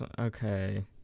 Okay